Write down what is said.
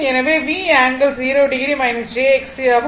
எனவே V∠0o jXC ஆகும்